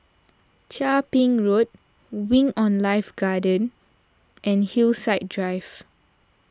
Chia Ping Road Wing on Life Garden and Hillside Drive